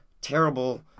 Terrible